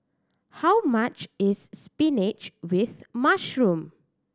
how much is spinach with mushroom